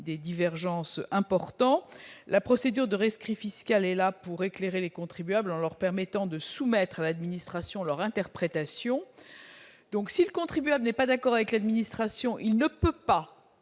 divergences. La procédure de rescrit fiscal est là pour éclairer les contribuables en leur permettant de soumettre leur interprétation à l'administration. Si un contribuable n'est pas d'accord avec l'administration, il ne peut pas,